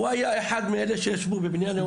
הוא היה אחד מאלה שישבו בבנייני האומה.